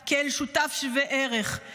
כאל שותף שווה ערך?